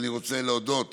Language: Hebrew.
ואני רוצה להודות